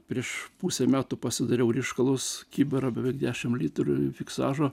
prieš pusę metų pasidariau ryškalus kibirą dešim litrų fiksažo